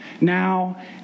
now